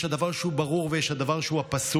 יש את הדבר שהוא ברור ויש את הדבר שהוא הפסול.